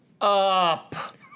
up